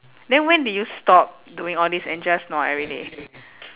then when did you stop doing all this and just nua every day